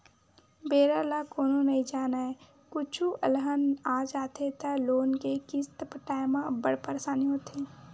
बेरा ल कोनो नइ जानय, कुछु अलहन आ जाथे त लोन के किस्त पटाए म अब्बड़ परसानी होथे